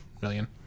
million